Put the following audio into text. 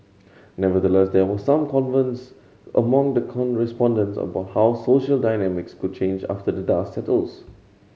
nevertheless there were some concerns among the respondents about how the social dynamics could change after the dust settles